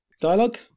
dialogue